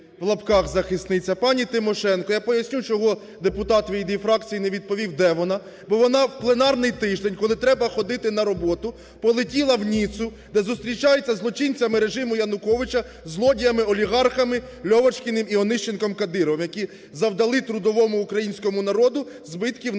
в лапках захисниця, пані Тимошенко. Я поясню, чому депутат від її фракції не відповів, де вона. Бо вона в пленарний тиждень, коли треба ходити на роботу, полетіла в Ніццу, де зустрічається зі злочинцями режиму Януковича, злодіями-олігархами Льовочкіним і Онищенком (Кадировим), які завдали трудовому українському народу збитків на